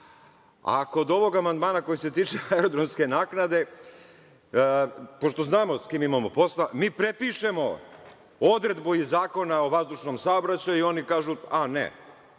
Kod ovog amandmana koji se tiče aerodromske naknade, pošto znamo s kim imamo posla, mi prepišemo odredbu iz Zakona o vazdušnom saobraćaju, oni kažu – a,